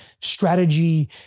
strategy